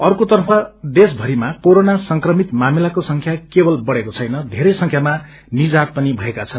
अर्कोतर्फ देशभरिमा कोरोना संक्रमित मामिलाको संख्या केवल बढ़ेको छैन धेरै संख्यामा निजात पनि भएका छन्